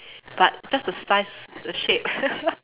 but just the size the shape